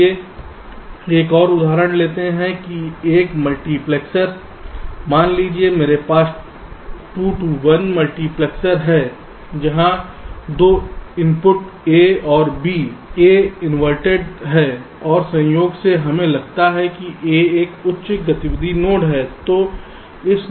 आइए एक और उदाहरण लेते हैं कि एक मल्टीप्लेक्सर मान लीजिए मेरे पास 2 टू 1 मल्टीप्लेक्स है जहां 2 इनपुट A और B A इनवर्टेड है और संयोग से हमें लगता है कि A एक उच्च गतिविधि नोड है